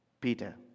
Peter